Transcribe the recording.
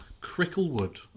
Cricklewood